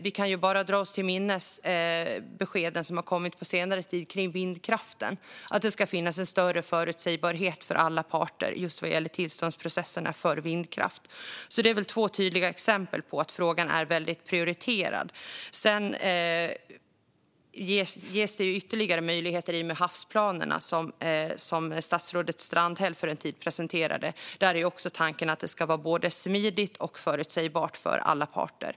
Vi kan bara dra oss till minnes de besked som kommit på senare tid kring vindkraften: att det ska finnas en större förutsägbarhet för alla parter just vad gäller tillståndsprocesserna för vindkraft. Det är väl två tydliga exempel på att frågan är väldigt prioriterad. Sedan ges det ytterligare möjligheter i och med havsplanerna, som statsrådet Strandhäll presenterade för en tid sedan. Där är också tanken att det ska vara både smidigt och förutsägbart för alla parter.